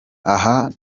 aha